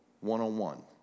one-on-one